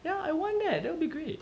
yeah I want that that'll be great